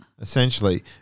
Essentially